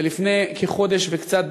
ולפני כחודש וקצת,